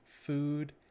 food